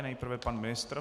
Nejprve pan ministr.